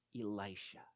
Elisha